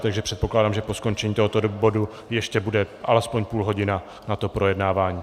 Takže předpokládám, že po skončení tohoto bodu ještě bude alespoň půlhodina na to projednávání.